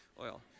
oil